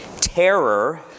terror